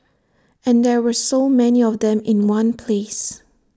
and there were so many of them in one place